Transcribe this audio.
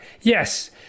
Yes